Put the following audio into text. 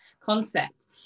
concept